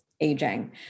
aging